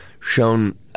shown